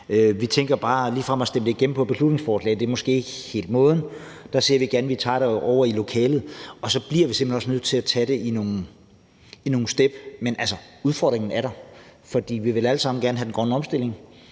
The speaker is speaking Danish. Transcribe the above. ikke helt er måden at vedtage et beslutningsforslag om det, for der ser vi gerne, at vi bringer det over i forhandlingslokalet, og så bliver vi simpelt hen også nødt til at tage det i nogle step. Men udfordringen er der, for vi vil alle sammen gerne have den grønne omstilling,